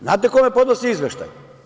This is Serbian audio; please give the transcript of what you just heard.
Znate kome podnose izveštaj?